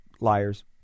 liars